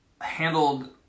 handled